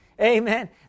Amen